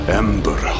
ember